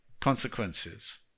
consequences